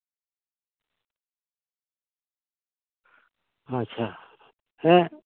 ᱟᱪᱪᱷᱟ ᱦᱮᱸ